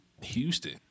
Houston